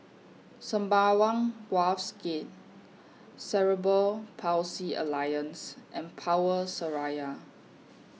Sembawang Wharves Gate Cerebral Palsy Alliance and Power Seraya